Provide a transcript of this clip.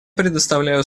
предоставляю